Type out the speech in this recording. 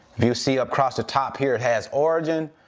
if you see across the top here, it has origin.